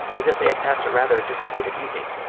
as if they had passed a rather dissipated evening,